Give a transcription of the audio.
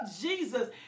Jesus